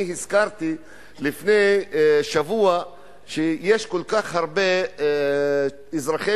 אני הזכרתי לפני שבוע שיש כל כך הרבה מבין אזרחי